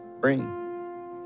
bring